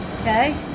okay